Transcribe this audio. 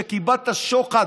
שקיבלת שוחד,